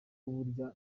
burya